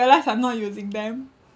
at last I'm not using them